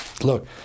Look